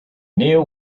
knew